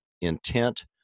intent